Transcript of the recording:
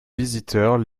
visiteurs